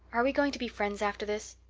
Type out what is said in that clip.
are we going to be friends after this?